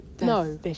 No